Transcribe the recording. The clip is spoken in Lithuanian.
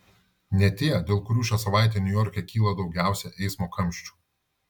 ne tie dėl kurių šią savaitę niujorke kyla daugiausiai eismo kamščių